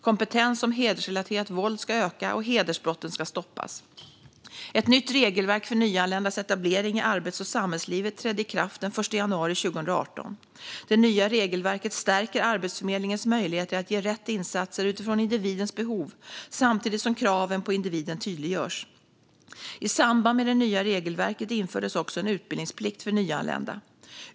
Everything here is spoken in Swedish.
Kompetens om hedersrelaterat våld ska öka, och hedersbrotten ska stoppas. Ett nytt regelverk för nyanländas etablering i arbets och samhällslivet trädde i kraft den 1 januari 2018. Det nya regelverket stärker Arbetsförmedlingens möjligheter att ge rätt insatser utifrån individens behov samtidigt som kraven på individen tydliggörs. I samband med det nya regelverket infördes också en utbildningsplikt för nyanlända.